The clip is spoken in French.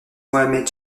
mohamed